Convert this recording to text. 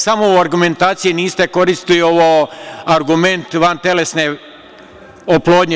Samo u argumentaciji niste koristili argument vantelesne oplodnje.